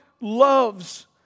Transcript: loves